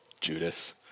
Judas